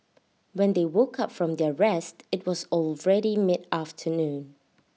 when they woke up from their rest IT was already mid afternoon